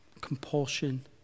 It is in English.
compulsion